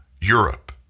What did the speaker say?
Europe